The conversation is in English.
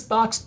Box